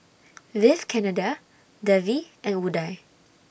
Vivekananda Devi and Udai